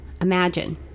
Imagine